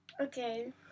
Okay